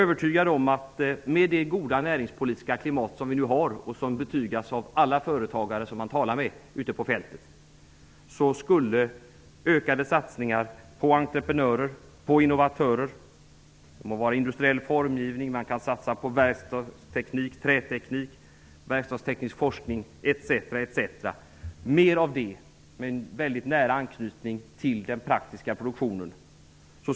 Med det goda näringspolitiska klimat som vi nu har, och som betygas av alla företagare som man talar med ute på fältet, skulle man få ut betydligt fler nya jobb och mer ny tillväxt om man i stället för att satsa de sista miljarderna på arbetsmarknadspolitiken ökade satsningarna på entreprenörer och innovatörer som har nära anknytning till den praktiska produktionen.